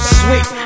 sweet